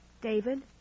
David